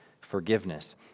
forgiveness